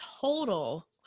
total